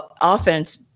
offense